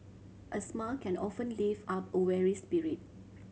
a smile can often lift up a weary spirit